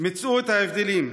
מצאו את ההבדלים: